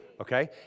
okay